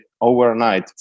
overnight